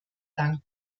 danken